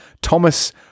thomas